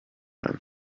him